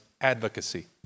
advocacy